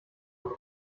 und